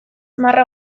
marra